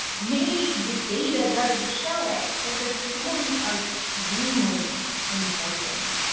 maybe the data doesn't show it, but the stories are extremely important.